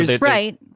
Right